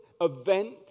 event